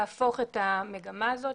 להפוך את המגמה הזאת,